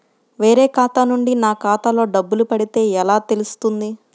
వేరే ఖాతా నుండి నా ఖాతాలో డబ్బులు పడితే ఎలా తెలుస్తుంది?